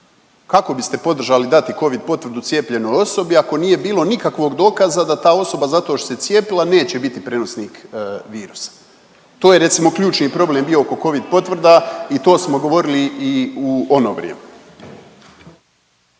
Kako biste podržali dati covid potvrdu cijepljenoj osobi ako nije bilo nikakvog dokaza da ta osoba zato što se cijepila neće biti prenosnik virusa. To je recimo ključni problem bio oko covid potvrda i to smo govorili i u ono vrijeme.